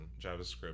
javascript